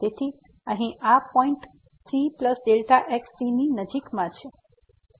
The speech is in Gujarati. તેથી અહીં આ પોઈન્ટ c Δ x c ની નજીકમાં છે